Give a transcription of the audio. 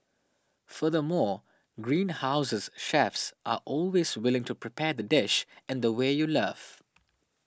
furthermore Greenhouse's chefs are always willing to prepare the dish in the way you love